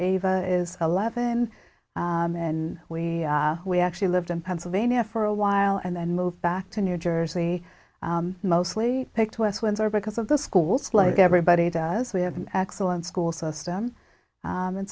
ava is eleven and we we actually lived in pennsylvania for a while and then moved back to new jersey mostly picked west windsor because of the schools like everybody does we have an excellent school system